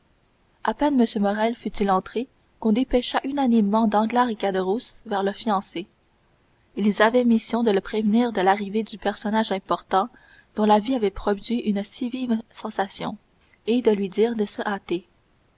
à peine m morrel fut-il entré qu'on dépêcha unanimement danglars et caderousse vers le fiancé ils avaient mission de le prévenir de l'arrivée du personnage important dont la vue avait produit une si vive sensation et de lui dire de se hâter